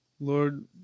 Lord